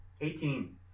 Eighteen